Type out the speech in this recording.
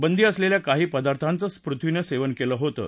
बंदी असलेल्या काही पदार्थांचं पृथ्वीनं सेवन केलं होतं